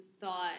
thought